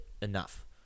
enough